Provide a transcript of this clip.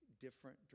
different